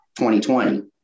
2020